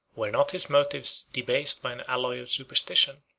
were not his motives debased by an alloy of superstition,